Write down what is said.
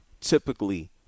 typically